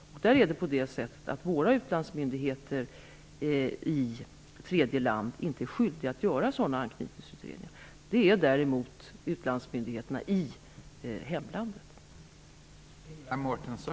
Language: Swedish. Våra utlandsmyndigheter i tredje land är inte skyldiga att göra sådana anknytningsutredningar. Det är däremot utlandsmyndigheterna i hemlandet skyldiga att göra.